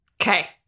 Okay